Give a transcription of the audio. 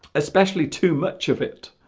especially too much of it